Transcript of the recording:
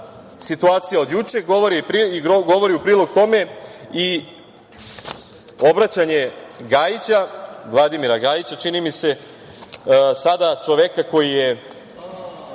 od juče, govori u prilog tome i obraćanje Gajića, Vladimir Gajića, čini mi se, sada čoveka koji je